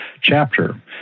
chapter